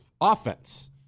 Offense